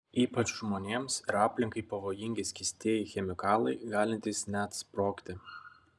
ypač žmonėms ir aplinkai pavojingi skystieji chemikalai galintys net sprogti